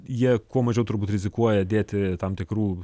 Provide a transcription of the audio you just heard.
jie kuo mažiau turbūt rizikuoja dėti tam tikrų